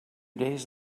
days